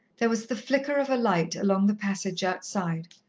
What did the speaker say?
there was the flicker of a light along the passage outside,